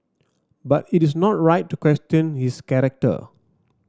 but it is not right to question his character